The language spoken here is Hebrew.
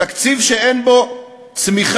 תקציב שאין בו צמיחה.